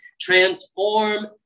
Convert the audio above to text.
Transform